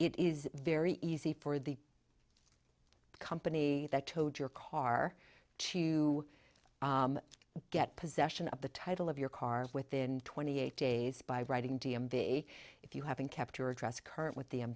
it is very easy for the company that towed your car to get possession of the title of your car within twenty eight days by writing d m v if you haven't kept your address current with the m